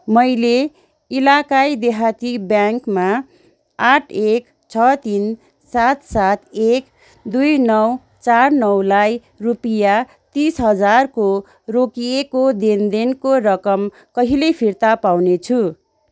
मैले इलाकाई देहाती ब्याङ्कमा आठ एक छ तिन सात सात एक दुई नौ चार नौलाई रुपियाँ तिस हजारको रोकिएको लेनदेनको रकम कहिले फिर्ता पाउनेछु